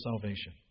salvation